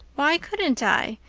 why couldn't i?